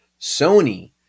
Sony